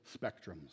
spectrums